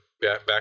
back